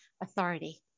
authority